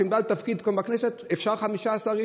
ועם בעל תפקיד כאן בכנסת אפשר 15 איש,